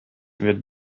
wird